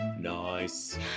Nice